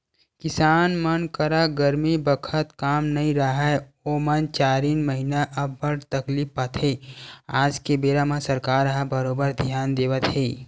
किसान मन करा गरमी बखत काम नइ राहय ओमन चारिन महिना अब्बड़ तकलीफ पाथे आज के बेरा म सरकार ह बरोबर धियान देवत हे